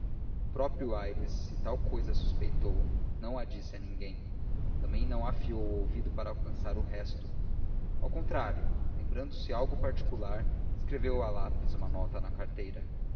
o próprio aires se tal cousa suspeitou não a disse a ninguém também não afiou o ouvido para alcançar o resto ao contrário lembrando lhe algo particular escreveu a lápis uma nota na carteira